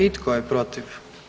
I tko je protiv?